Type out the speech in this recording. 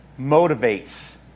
motivates